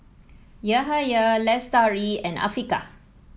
Yahaya Lestari and Afiqah